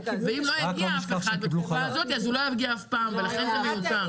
ואם אף אחד לא הגיע בתקופה הזאת אז הוא לא יגיע אף פעם ולכן זה מיותר.